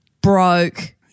broke